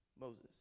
Moses